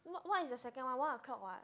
what what is the second one onw o' clock [what]